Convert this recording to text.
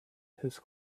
his